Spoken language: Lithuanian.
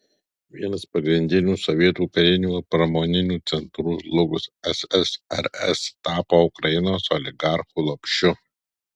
vienas pagrindinių sovietų karinių ir pramoninių centrų žlugus ssrs tapo ukrainos oligarchų lopšiu